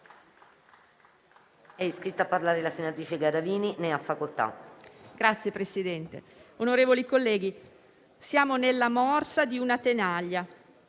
siamo nella morsa di una tenaglia: